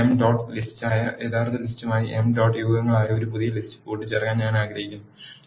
ഇപ്പോൾ M dot ലിസ്റ്റായ യഥാർത്ഥ ലിസ്റ്റുമായി എം ഡോട്ട് യുഗങ്ങളായ ഈ പുതിയ ലിസ്റ്റ് കൂട്ടിച്ചേർക്കാൻ ഞാൻ ആഗ്രഹിക്കുന്നു